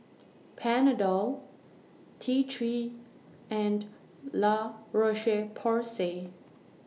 Panadol T three and La Roche Porsay